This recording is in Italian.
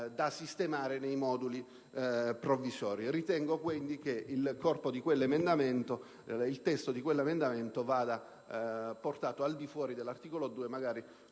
da sistemare nei moduli provvisori. Ritengo quindi che il testo di quell'emendamento vada portato al di fuori dell'articolo 2, magari